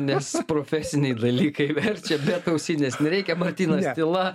nes profesiniai dalykai verčia bet ausinės nereikia martynas tyla